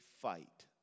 fight